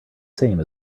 same